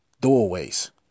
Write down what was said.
doorways